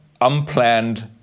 unplanned